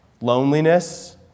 loneliness